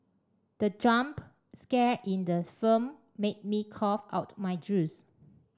the jump scare in the firm made me cough out my juice